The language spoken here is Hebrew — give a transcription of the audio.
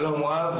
שלום רב.